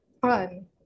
fun